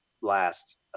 last